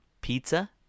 pizza